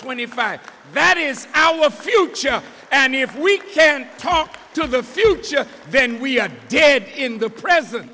twenty five that is our future and if we can talk to the future then we did in the present